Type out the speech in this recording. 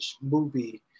movie